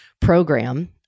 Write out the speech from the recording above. program